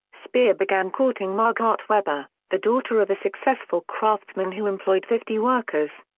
speer began courting margarete weber, the daughter of a successful craftsman who employed fifty workers.